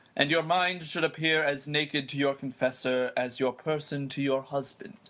and your mind should appear as naked to your confessor, as your person to your husband.